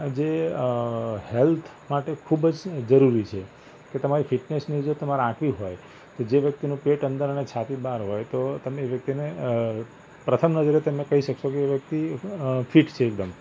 જે હૅલ્થ માટે ખૂબ જ જરૂરી છે કે તમારી ફિટનેસની જો તમારે આંકવી હોય તો જે વ્યક્તિનું પેટ અંદર અને છાતી બહાર હોય તો તમે એ વ્યક્તિને પ્રથમ નજરે તમે કહી શકશો કે એ વ્યક્તિ ફિટ છે એકદમ